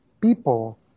people